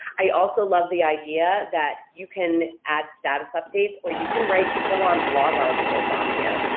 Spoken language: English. i also love the idea that you can add status updates or you can write full-on blog articles on here.